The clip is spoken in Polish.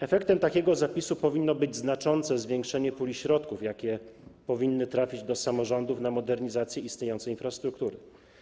Efektem takiego zapisu powinno być znaczące zwiększenie puli środków, które powinny trafić do samorządów na modernizację istniejącej infrastruktury.